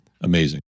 Amazing